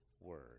word